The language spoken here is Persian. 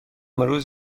روز